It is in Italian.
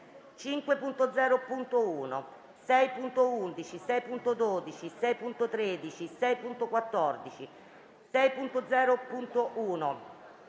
5.0.1, 6.11, 6.12, 6.13, 6.14, 6.0.1,